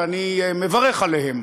ואני מברך עליהם.